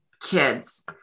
kids